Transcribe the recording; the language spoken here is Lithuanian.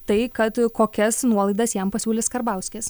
tai kad kokias nuolaidas jam pasiūlys karbauskis